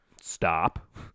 Stop